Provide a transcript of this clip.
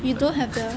米粉